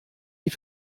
die